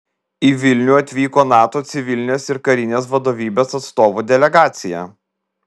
į vilnių atvyko nato civilinės ir karinės vadovybės atstovų delegacija